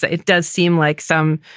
ah it does seem like some